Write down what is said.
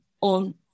on